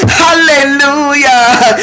hallelujah